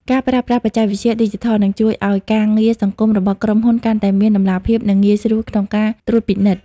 ការប្រើប្រាស់បច្ចេកវិទ្យាឌីជីថល នឹងជួយឱ្យការងារសង្គមរបស់ក្រុមហ៊ុនកាន់តែមាន តម្លាភាព និងងាយស្រួលក្នុងការត្រួតពិនិត្យ។